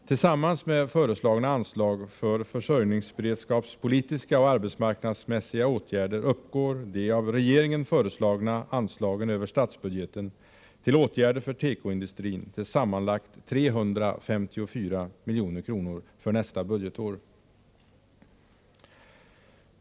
Tillsammans med föreslagna anslag för försörjningsberedskapspolitiska och arbetsmarknadsmässiga åtgärder uppgår de av regeringen föreslagna anslagen över statsbudgeten till åtgärder för tekoindustrin till sammanlagt 354 milj.kr. för nästa budgetår.